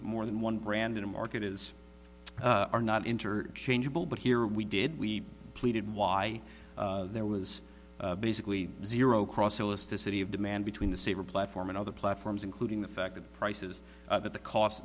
more than one brand in a market is are not interchangeable but here we did we pleaded why there was basically zero crossover as the city of demand between the saver platform and other platforms including the fact that prices at the cost